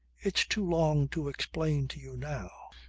it's too long to explain to you now.